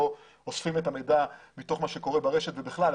אוספים את המידע מתוך מה שקורה ברשת או בכלל,